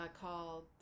called